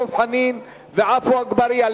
דב חנין ועפו אגבאריה,